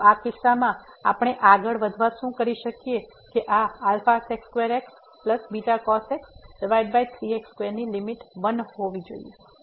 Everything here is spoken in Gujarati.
પરંતુ આ કિસ્સામાં આપણે આગળ વધવા શું કરી શકીએ છીએ કે આ x βcos x 3x2ની લીમીટ 1 હોવી જોઈએ